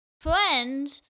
friends